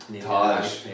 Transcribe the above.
Taj